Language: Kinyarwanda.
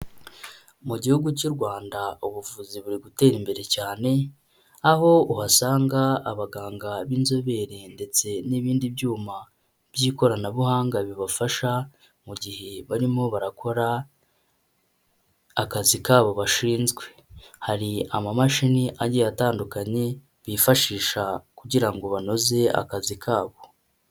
Mu gihugu cy'u Rwanda ubuvuzi buri gutera imbere cyane, aho uhasanga abaganga b'inzobere ndetse n'ibindi byuma by'ikoranabuhanga bibafasha, mu gihe barimo barakora akazi kabo bashinzwe, hari amamashini agiye atandukanye bifashisha kugira ngo banoze akazi kabo.